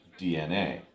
DNA